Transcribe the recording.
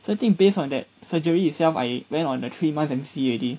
the thing based on that surgery itself I went on a three months M_C already